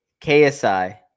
KSI